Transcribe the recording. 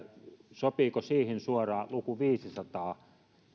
sopiiko siihen suoraan luku viisisataa